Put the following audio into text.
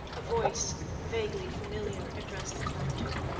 a voice vaguely familiar addressed the planter.